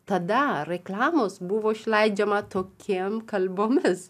tada reklamos buvo išleidžiama tokiem kalbomis